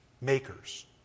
makers